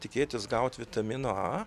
tikėtis gaut vitamino a